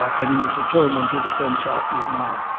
and he was determined to defend south vietnam.